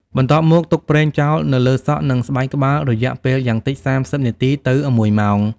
បន្ទាប់មក ទុកប្រេងចោលនៅលើសក់ និងស្បែកក្បាលរយៈពេលយ៉ាងតិច ៣០ នាទី ទៅ ១ ម៉ោង។